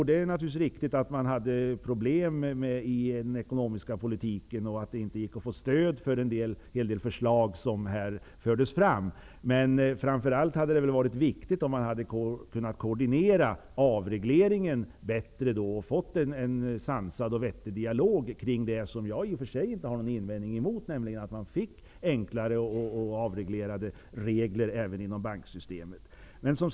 Det är naturligtvis riktigt att man hade problem i den ekonomiska politiken och att det inte gick att få stöd för en hel del förslag som fördes fram. Det hade dock varit väsentligt om man hade kunnat koordinera avregleringen bättre och fått en sansad och vettig dialog kring det faktum -- vilket jag i och för sig inte har någon invändning emot -- att man fick enklare regler även inom banksystemet.